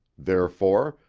therefore,